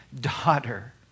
daughter